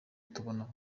tubona